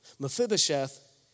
Mephibosheth